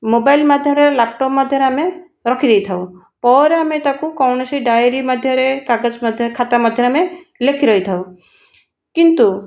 mobile ମଧ୍ୟରେ laptop ମଧ୍ୟରେ ଆମେ ରଖିଦେଇଥାଉ ପରେ ଆମେ ତାକୁ କୌଣସି ଡାଏରି ମଧ୍ୟରେ କାଗଜ ମଧ୍ୟ ଖାତା ମଧ୍ୟରେ ଆମେ ଲେଖିଦେଇଥାଉ କିନ୍ତୁ